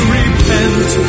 repent